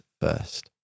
first